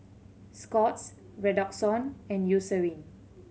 Scott's Redoxon and Eucerin